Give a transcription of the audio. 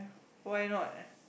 why not